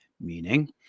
Meaning